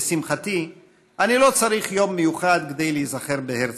לשמחתי אני לא צריך יום מיוחד כדי להיזכר בהרצל.